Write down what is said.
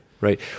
right